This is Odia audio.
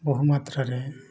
ବହୁମାତ୍ରାରେ